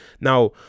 Now